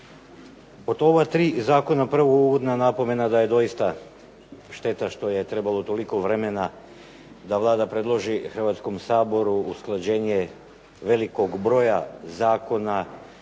Pod ova tri zakona prvo uvodna napomena da je doista šteta što je trebalo toliko vremena da Vlada predloži Hrvatskom saboru usklađenje velikog broja zakona